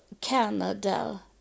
Canada